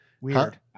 weird